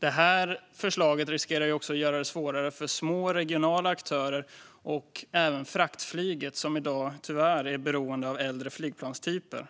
Detta förslag riskerar också att göra det svårare för små regionala aktörer och även för fraktflyget som i dag tyvärr är beroende av äldre flygplanstyper.